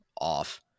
off